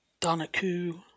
Donaku